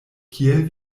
kiel